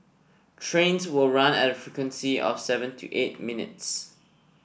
trains will run at a frequency of seven to eight minutes